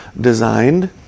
designed